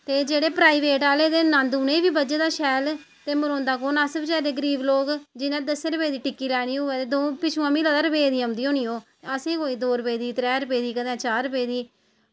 ते जेह्ड़े प्राईवेट आह्ले नंद उनें गी बी बज्झे दा शैल ते मरोंदा कु'न अस बेचारे गरीब लोग जि'नें दस्सें रपेंऽ दी टिक्की लै नी होऐ ते महां सगुआं पिच्छुआं ओह् रपेऽ दी होऐ असें कोई दौ रपेऽ दी कदें त्रैऽ रपेऽ दी चार रपे दी